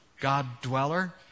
God-dweller